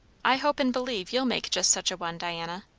i hope and believe you'll make just such a one, diana.